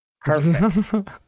Perfect